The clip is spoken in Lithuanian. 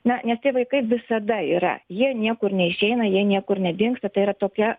na nes tie vaikai visada yra jie niekur neišeina jie niekur nedingsta tai yra tokia